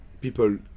people